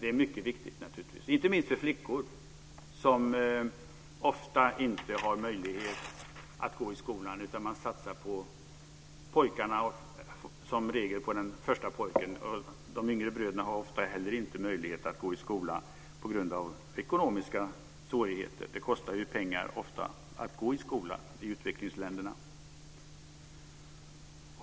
Det är naturligtvis mycket viktigt inte minst för flickor, som ofta inte har möjlighet att gå i skolan. Man satsar på pojkarna, och i regel på den första pojken. Det kostar ofta pengar att gå i skola i utvecklingsländerna.